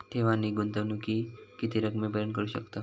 ठेव आणि गुंतवणूकी किती रकमेपर्यंत करू शकतव?